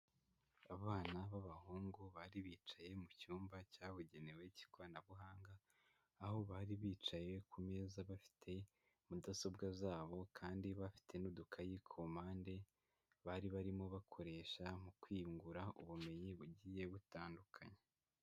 Abana b'abahungu bari bicaye mu cyumba cyabugenewe cy'ikoranabuhanga, aho bari bicaye ku meza bafite mudasobwa zabo kandi bafite n'udukayi ku mpande, bari barimo bakoresha mu kwiyungura ubumenyi bugiye butandukanye.